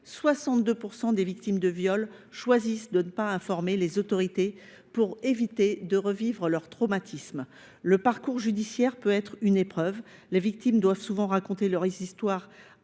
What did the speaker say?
62 % des victimes de viol choisissent de ne pas informer les autorités pour éviter de revivre leur traumatisme. Le parcours judiciaire peut être une épreuve. Les victimes doivent souvent raconter leur histoire